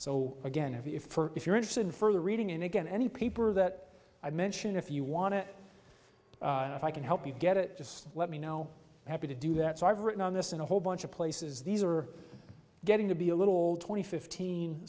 so again if if you're interested in further reading in again any paper that i mention if you want to if i can help you get it just let me know happy to do that so i've written on this in a whole bunch of places these are getting to be a little old twenty fifteen